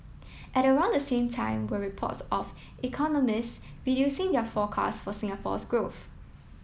at around the same time were reports of economists reducing their forecast for Singapore's growth